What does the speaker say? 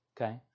Okay